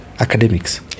Academics